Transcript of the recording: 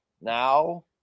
Now